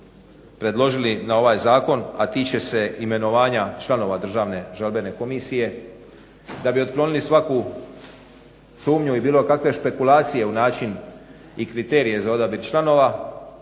predložili na ovaj zakon, a tiče se imenovanja članova Državne žalbene komisije da bi otklonili svaku sumnju i bilo kakve špekulacije u način i kriterije za odabir članova